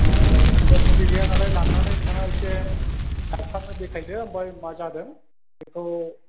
दा मुलि गैया नालाय लांनानै नोंथाङा एसे डक्ट'रनो देखायदो ओमफ्राय मा जादों बेखौ